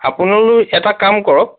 আপোনালোকে এটা কাম কৰক